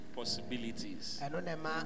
possibilities